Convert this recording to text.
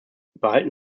behalten